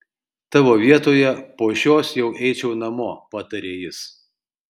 tavo vietoje po šios jau eičiau namo patarė jis